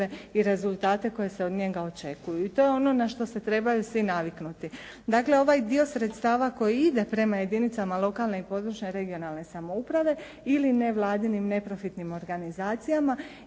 i rezultate koji se od njega očekuju. I to je ono na što se trebaju svi naviknuti. Dakle, ovaj dio sredstava koji ide prema jedinicama lokalne i područne (regionalne) samouprave ili nevladinim i neprofitnim organizacijama,